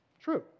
True